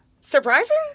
surprising